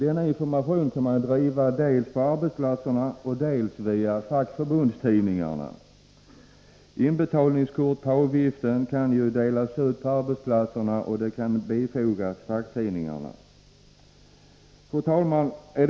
En sådan kampanj kan drivas dels på arbetsplatserna, dels via fackförbundstidningarna. Inbetalningskort för medlemsavgift kan ju delas ut på arbetsplatserna eller bifogas fackföreningstidningarna. Fru talman!